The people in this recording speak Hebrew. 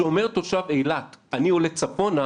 כשאומר תושב אילת: אני עולה צפונה,